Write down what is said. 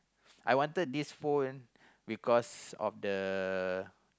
I wanted this phone because of the